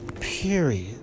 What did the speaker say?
period